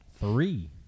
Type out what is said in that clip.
Three